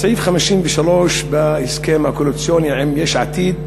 בסעיף 53 בהסכם הקואליציוני עם יש עתיד,